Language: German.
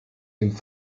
dem